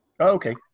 Okay